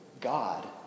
God